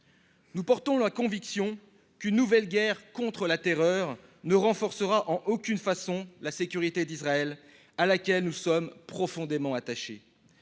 Nous en avons la conviction : une nouvelle « guerre contre la terreur » ne renforcera en aucune façon la sécurité d’Israël, à laquelle nous sommes profondément attachés.